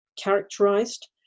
characterized